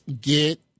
get